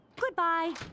goodbye